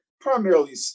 primarily